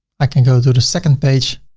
i can go through the second page.